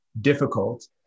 difficult